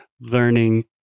learning